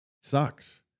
Sucks